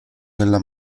nella